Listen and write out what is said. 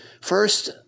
First